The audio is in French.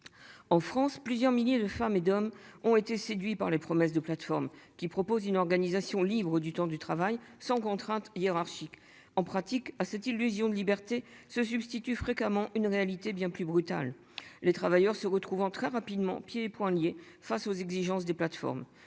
En France, plusieurs milliers de femmes et d'hommes ont été séduits par les promesses de plateformes qui proposent une organisation du temps du travail sans contrainte hiérarchique. En pratique à cette illusion de liberté se substituent fréquemment une réalité bien plus brutal. Les travailleurs se retrouvant très rapidement, pieds et poings liés face aux exigences des plateformes